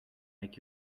make